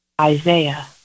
Isaiah